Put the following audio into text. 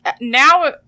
now